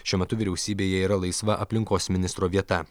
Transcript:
šiuo metu vyriausybėje yra laisva aplinkos ministro vieta